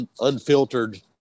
unfiltered